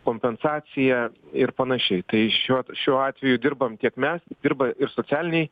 kompensaciją ir panašiai tai šiuo šiuo atveju dirbam tiek mes dirba ir socialiniai